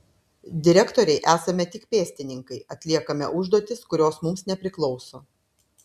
direktorei esame tik pėstininkai atliekame užduotis kurios mums nepriklauso